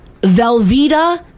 Velveeta